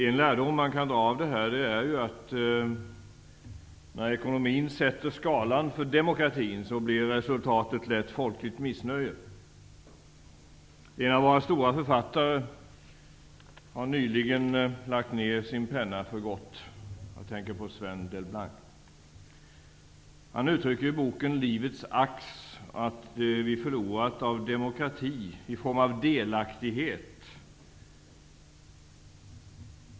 En lärdom man kan dra av det här är att resultatet lätt blir folkligt missnöje när ekonomin sätter skalan för demokratin. En av våra stora författare har nyligen lagt ned sin penna för gott. Jag tänker på Sven Delblanc. Han uttrycker i boken Livets ax att vi förlorat demokrati i form av delaktighet.